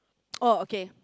orh okay